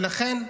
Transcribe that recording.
ולכן,